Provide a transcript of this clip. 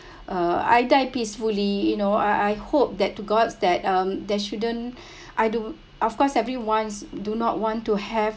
uh I died peacefully you know I I hope that to god that um there shouldn't I do of course everyone's do not want to have